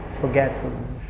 forgetfulness